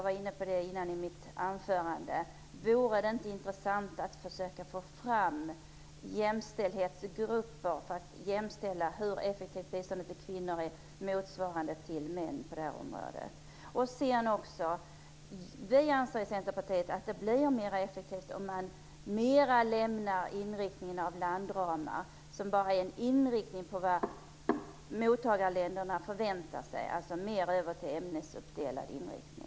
Vore det inte intressant att försöka få fram jämställdhetsgrupper, så att effektiviteten i biståndet till kvinnor blir motsvarande för männen? Vi i Centerpartiet anser att det blir mer effektivt om man lämnar inriktningen med landramar - som inriktar sig på vad mottagarländerna förväntar sig - och mer går över till ämnesindelad inriktning.